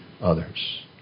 others